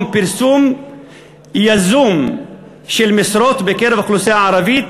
פרסום יזום של משרות בקרב האוכלוסייה הערבית,